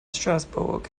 strasbourg